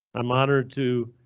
i'm honored to.